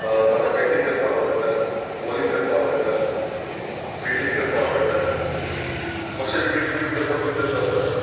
म्हाका बॅटींग करपाक आवडटा बॉलिंग करपाक आवडटा फिल्डींग करपाक आवडटा मातशें विकेट किपींग करपाक तितलें जमना